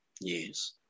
Yes